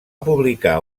publicar